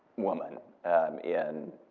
woman in,